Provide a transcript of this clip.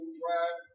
drive